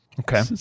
Okay